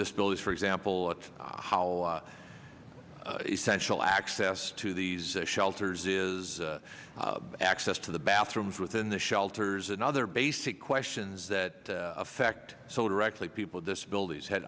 disabilities for example how essential access to these shelters is access to the bathrooms within the shelters and other basic questions that affect so directly people disabilities had